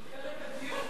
את פרק הדיון.